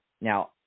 Now